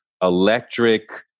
electric